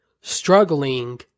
struggling